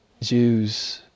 Jews